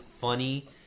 funny